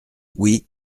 oui